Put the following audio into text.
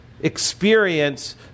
experience